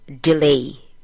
delay